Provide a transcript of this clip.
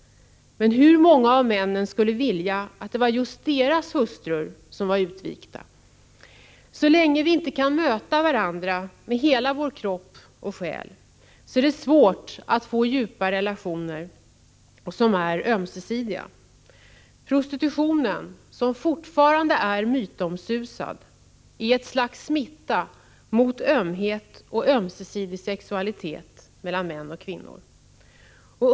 Men hur många av männen skulle vilja att det var just deras hustrur som var utvikta? Så länge vi inte kan möta varandra med hela vår kropp och själ är det svårt att få djupa relationer som är ömsesidiga. Prostitutionen, som fortfarande är mytomsusad, är ett slags smitta mot ömhet och ömsesidig sexualitet mellan män och kvinnor.